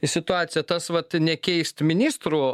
į situaciją tas vat nekeist ministrų